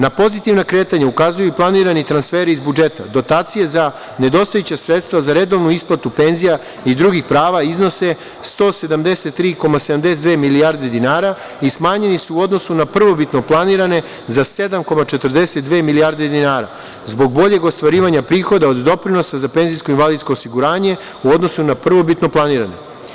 Na pozitivna kretanja ukazuju i planirani transferi iz budžeta, dotacije za nedostajuća sredstva za redovnu isplatu penzija i drugih prava iznose 173,72 milijarde dinara i smanjeni su u odnosu na prvobitno planirane za 7,42 milijarde dinara zbog boljeg ostvarivanja prihoda od doprinosa za penzijsko i invalidsko osiguranje u odnosu na prvobitno planirane.